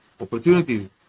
opportunities